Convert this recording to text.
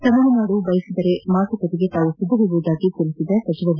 ತಮಿಳುನಾಡು ಬಯಸಿದರೆ ಮಾತುಕತೆಗೆ ತಾವು ಸಿದ್ಧರಿರುವುದಾಗಿ ತಿಳಿಸಿದ ಸಚಿವ ಡಿ